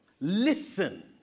Listen